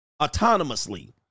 autonomously